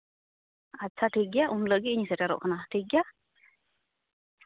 ᱟᱪᱪᱷᱟ ᱴᱷᱤᱠᱜᱮᱭᱟ ᱩᱱ ᱦᱤᱞᱳᱜ ᱜᱮ ᱤᱧ ᱥᱮᱴᱮᱨᱚᱜ ᱠᱟᱱᱟ ᱴᱷᱤᱠᱜᱮᱭᱟ